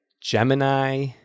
Gemini